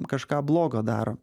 kažką blogo darom